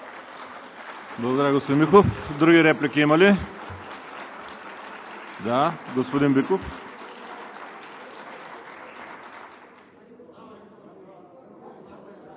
Благодаря, господин Михов. Други реплики има ли? Господин Биков.